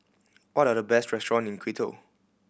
what are the best restaurant in Quito